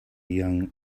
young